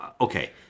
okay